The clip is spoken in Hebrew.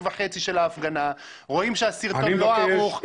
וחצי של ההפגנה ורואים שהסרטון לא ערוך.